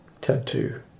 Tattoo